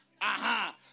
Aha